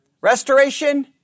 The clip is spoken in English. Restoration